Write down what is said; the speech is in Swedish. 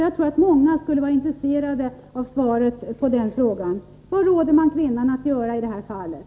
Jag tror att många skulle vara intresserade av svaret på frågan. Vad råder man kvinnan att göra i det här fallet?